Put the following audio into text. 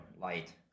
light